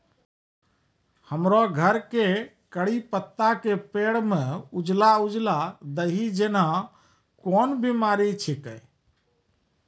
हमरो घर के कढ़ी पत्ता के पेड़ म उजला उजला दही जेना कोन बिमारी छेकै?